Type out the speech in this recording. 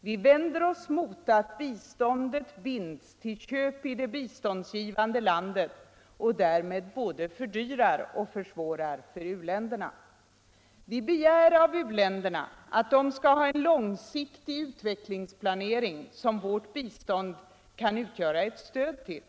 Vi vänder oss mot att biståndet binds till köp i det biståndsgivande landet och därmed både fördyrar och försvårar för u-länderna. Vi begär av u-länderna att de skall ha en långsiktig utvecklingsplanering som vårt bistånd kan utgöra ett stöd till.